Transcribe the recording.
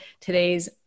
today's